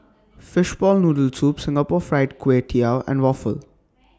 Fishball Noodle Soup Singapore Fried Kway Tiao and Waffle